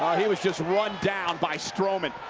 he was just run down by strowman.